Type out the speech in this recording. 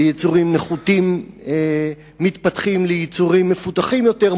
ויצורים נחותים מתפתחים ליצורים מפותחים יותר,